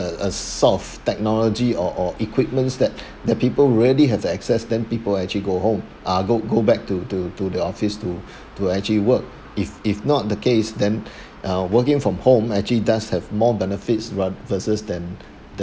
uh uh soft technology or or equipments that that people really have to access then people actually go home uh go go back to to to the office to to actually work if if not the case then uh working from home actually does have more benefits ver~ versus than